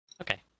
Okay